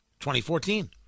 2014